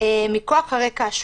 מכוח הרקע השונה.